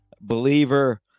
believer